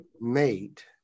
mate